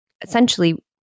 essentially